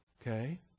Okay